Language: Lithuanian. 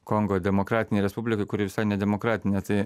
kongo demokratinėj respublikoj kuri visai ne demokratinė tai